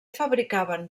fabricaven